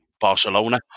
Barcelona